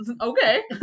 okay